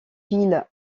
villes